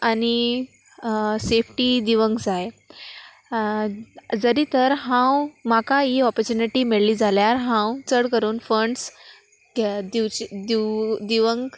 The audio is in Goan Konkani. आनी सेफ्टी दिवंक जाय जरी तर हांव म्हाका ही ऑपोर्चुनिटी मेळ्ळी जाल्यार हांव चड करून फंड्स दिवचे दिव दिवंक